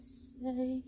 say